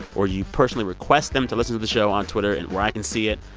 or you personally request them to listen to the show on twitter and where i can see it,